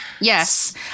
Yes